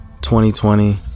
2020